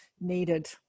needed